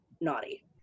naughty